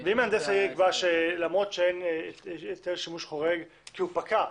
ואם מהנדס העיר יקבע שלמרות שאין היתר לשימוש חורג כי הוא פקע,